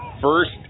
first